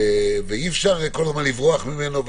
ואי-אפשר כל הזמן לברוח ממנו.